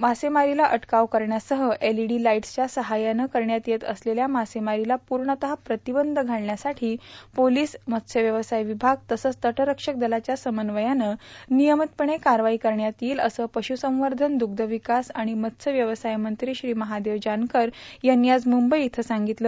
मासेमारीला अटकाव करण्यासह एलइडी लाईट्सच्या साहाय्यानं करण्यात येत असलेल्या मासेमारीला पुर्णतः प्रतिबंध घालण्यासाठी पोलीस मत्स्यव्यवसाय विभाग तसंच तटरक्षक दलाच्या समन्वयानं नियमितपणे कारवाई करण्यात येईल असं पशुसंवर्धन दुग्धविकास आणि मत्स्यव्यवसाय मंत्री श्री महादेव जानकर यांनी आज मुंबई इथं सांगितलं